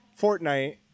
Fortnite